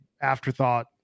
afterthought